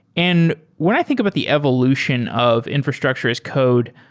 and when i think about the evolution of infrastructure as code,